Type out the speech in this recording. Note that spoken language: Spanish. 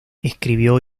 escribió